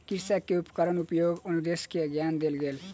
कृषक के उपकरण उपयोगक अनुदेश के ज्ञान देल गेल